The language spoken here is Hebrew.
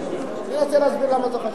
אני אנסה להסביר למה זה חשוב.